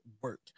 work